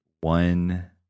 one